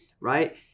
right